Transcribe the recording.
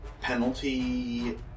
penalty